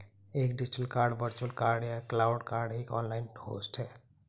एक digital card virtual card या cloud card एक ऑनलाइन होस्ट है